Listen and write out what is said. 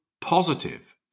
positive